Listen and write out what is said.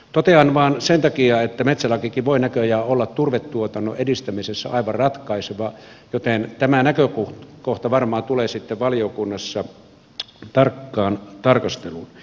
totean vain sen takia että metsälakikin voi näköjään olla turvetuotannon edistämisessä aivan ratkaiseva joten tämä näkökohta varmaan tulee sitten valiokunnassa tarkkaan tarkasteluun